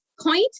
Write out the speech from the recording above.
point